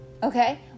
Okay